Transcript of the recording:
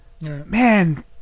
man